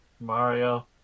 Mario